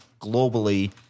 globally